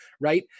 right